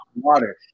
water